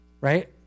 Right